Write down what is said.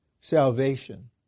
salvation